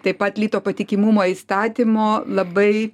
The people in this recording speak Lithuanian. taip pat lito patikimumo įstatymo labai